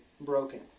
broken